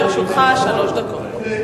לרשותך שלוש דקות.